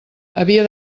havia